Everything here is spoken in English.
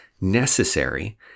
necessary